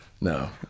no